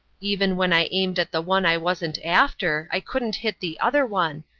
even when i aimed at the one i wasn't after i couldn't hit the other one,